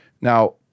Now